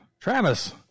Travis